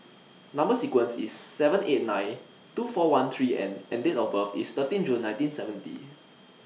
Number sequence IS T seven eight nine two four one three N and Date of birth IS thirteen June nineteen seventy